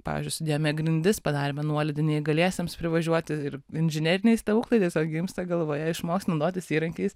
pavyzdžiui sudėjome grindis padarėme nuolydį neįgaliesiems privažiuoti ir inžineriniai stebuklai tiesiog gimsta galvoje išmoks naudotis įrankiais